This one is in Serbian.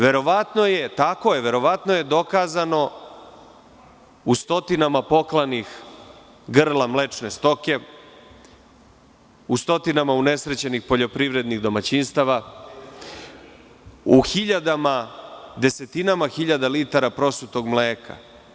Verovatno je dokazano u stotinama poklanih grla mlečne stoke, u stotinama unesrećenih poljoprivrednih domaćinstava, u desetinama hiljada litara prosutog mleka.